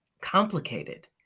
complicated